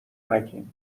نگین